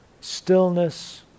stillness